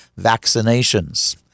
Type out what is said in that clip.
vaccinations